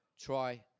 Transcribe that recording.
try